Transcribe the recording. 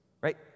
Right